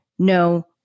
No